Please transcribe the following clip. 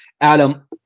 Adam